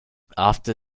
after